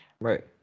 Right